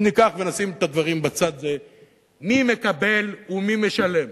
אם ניקח ונשים את הדברים בצד, מי מקבל ומי משלם: